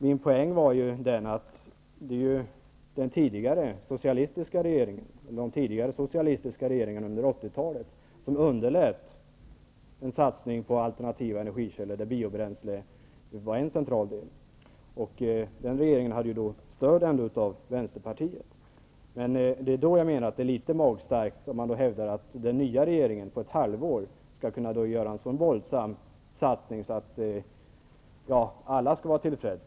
Min poäng var ju att de tidigare socialistiska regeringarna under 1980-talet underlät att satsa på alternativa energikällor där biobränsle utgjorde en central del. De regeringarna hade ändå stöd av Vänsterpartiet. Jag menar då att det är litet magstarkt att hävda att den nya regeringen på ett halvår skall göra en sådan våldsam satsning att alla skall vara tillfreds.